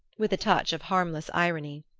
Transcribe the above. with a touch of harmless irony.